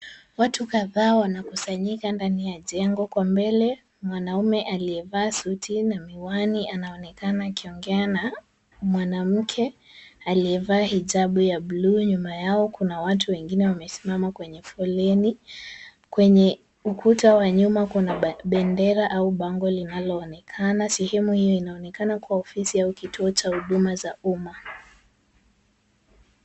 Watu kadhaa wanakusanyika ndani ya jengo. Kwa mbele mwanaume aliyevaa suti na miwani anaonekana akiongea na mwanamke aliyevaa hijabu ya blue . Nyuma yao kuna watu wengine wamesimama kwenye foleni. Kwenye ukuta wa nyuma kuna bendera au bango linaloonekana. Sehemu hiyo inaonekana kuwa ofisi au kituo cha huduma za umma.